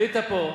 עלית פה,